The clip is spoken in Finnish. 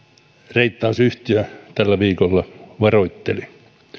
reittausyhtiö tällä viikolla varoitteli